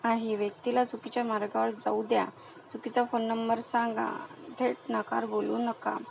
आहे व्यक्तीला चुकीच्या मार्गावर जाऊ द्या चुकीचा फोन नंबर सांगा थेट नकार बोलू नका